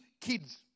kids